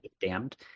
Damned